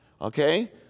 okay